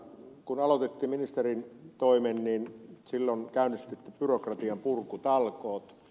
kun aloititte ministerin toimen niin silloin käynnistitte byrokratian purkutalkoot